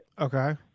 Okay